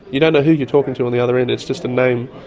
you don't who you're talking to on the other end, it's just a name.